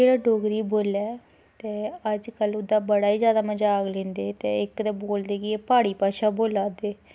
जेह्ड़ा डोगरी बोल्लै ते अजकल ओह्दा बड़ा ई मज़ाक लैंदे ते इक ते बोलदे कि एह् प्हाड़ी भाशा बोल्ला दे